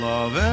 Love